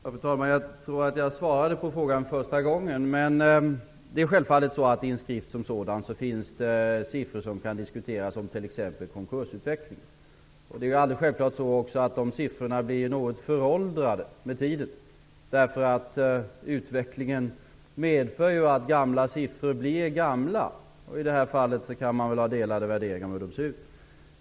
Fru talman! Jag tror att jag svarade på frågan första gången. Självfallet finns det i en skrift som sådan siffror som kan diskuteras, t.ex. om konkursutvecklingen. Det är alldeles självklart att de siffrorna också blir något föråldrade med tiden. Utvecklingen medför att gamla siffror blir gamla. I det här fallet kan man ha delade värderingar om hur de ser ut.